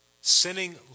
sinning